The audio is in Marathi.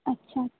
अच्छा